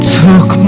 took